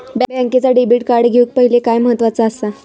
बँकेचा debit card घेउक पाहिले काय महत्वाचा असा?